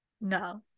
No